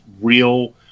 real